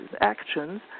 actions